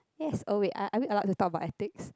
yes oh wait are are we allowed to talk about ethics